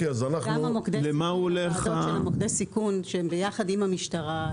גם בעניין מוקדי הסיכון שהם ביחד עם המשטרה,